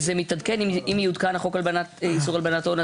אם יעודכן החוק לאיסור הלבנת הון,